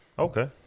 Okay